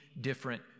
different